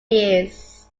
years